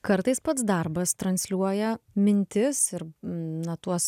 kartais pats darbas transliuoja mintis ir na tuos